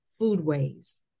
Foodways